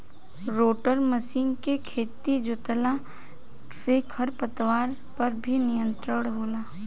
rotor machine से खेत जोतला से खर पतवार पर भी नियंत्रण होला